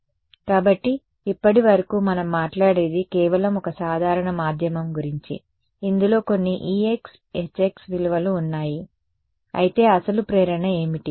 కాబట్టి ఇప్పటివరకు మనం మాట్లాడేది కేవలం ఒక సాధారణ మాధ్యమం గురించి ఇందులో కొన్ని ex hx విలువలు ఉన్నాయి అయితే అసలు ప్రేరణ ఏమిటి